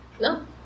No